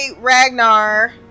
ragnar